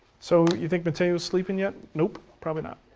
so you think mateo is sleeping yet? nope, probably not.